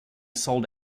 sold